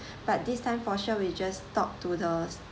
but this time for sure we'll just talk to the